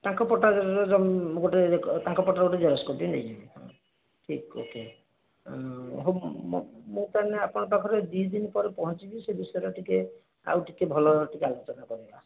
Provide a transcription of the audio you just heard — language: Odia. ତାଙ୍କ ପଟାରେ ଜମି ମୁଁ ଗୋଟେ ତାଙ୍କ ପଟାର ଗୋଟେ ଜେରକ୍ସ କପି ନେଇଯିବି ଅ ଠିକ ଓ କେ ହଉ ମୋ ମୁଁ ତାହେଲେ ଆପଣଙ୍କ ପାଖରେ ଦୁଇ ଦିନ ପରେ ପହଞ୍ଚିବି ସେ ବିଷୟରେ ଟିକେ ଆଉ ଟିକେ ଭଲ ଭାବରେ ଟିକେ ଆଲୋଚନା କରିବା